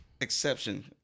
Exception